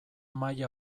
maila